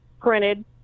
printed